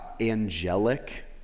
angelic